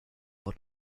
what